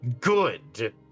good